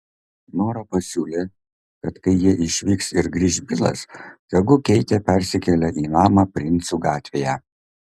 nora pasiūlė kad kai jie išvyks ir grįš bilas tegu keitė persikelia į namą princų gatvėje